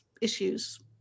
issues